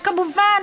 כמובן,